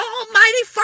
Almighty